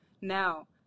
now